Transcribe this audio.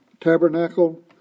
tabernacle